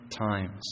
times